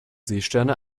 seesterne